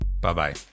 bye-bye